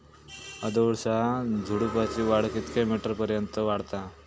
अडुळसा झुडूपाची वाढ कितक्या मीटर पर्यंत वाढता?